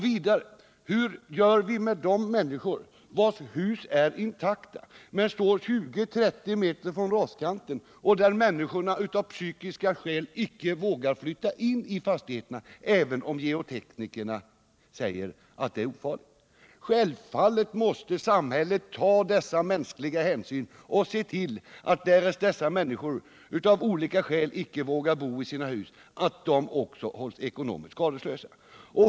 Vidare: Hur gör vi med de människor vilkas hus är intakta men står 20-30 meter från raskanten, så att människorna av psykiska skäl icke vågar flytta in, även om geoteknikerna säger att det är ofarligt? Självfallet måste samhället ta dessa mänskliga hänsyn och se till att också de människor som av olika skäl icke vågar bo i sina hus hålls ekonomiskt skadeslösa.